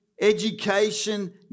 education